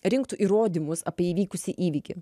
rinktų įrodymus apie įvykusį įvykį